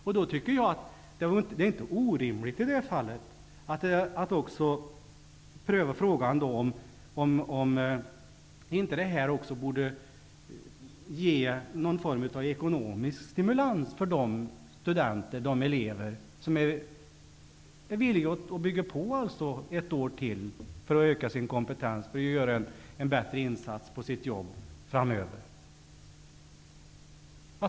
Jag tycker inte att det i det fallet är orimligt att pröva frågan om inte detta också borde ge någon form av ekonomisk stimulans för de elever som är villiga att bygga på sin utbildning med ett år till för att öka sin kompetens och göra en bättre insats på sitt jobb framöver.